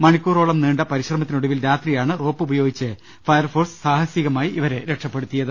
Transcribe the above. മണിക്കൂറോളം നീണ്ട പരിശ്രമത്തിന് ഒടുവിൽ രാത്രിയാണ് റോപ്പ് ഉപയോഗിച്ച് ഫയർഫോഴ്സ് സാഹസികമായി ഇവരെ രക്ഷപ്പെടുത്തിയത്